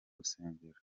rusengero